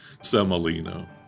semolina